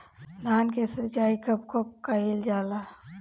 धान के सिचाई कब कब कएल जाला?